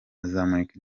azamurika